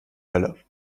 hölle